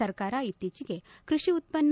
ಸರ್ಕಾರ ಇತ್ತೀಚಿಗೆ ಕೃಷಿ ಉತ್ಪನ್ನ